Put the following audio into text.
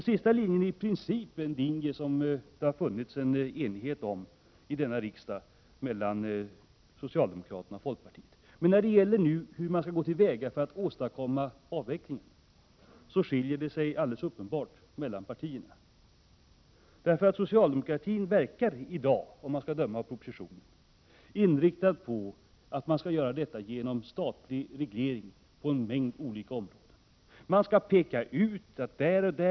Kring den sistnämnda linjen har det tidigare i princip rått enighet mellan socialdemokraterna och folkpartiet. Men när det gäller hur vi skall gå till väga för att åstadkomma avvecklingen skiljer det sig alldeles uppenbart mellan partierna. Socialdemokratin verkar i dag, om man skall döma av propositionen, vara inriktad på att avvecklingen skall ske genom statlig reglering på en mängd olika områden.